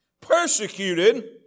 persecuted